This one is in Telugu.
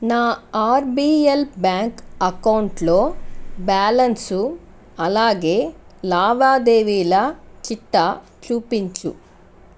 నా ఆర్బిఎల్ బ్యాంక్ అకౌంటులో బ్యాలన్సు అలాగే లావాదేవీల చిట్టా చూపించు